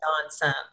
nonsense